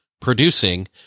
producing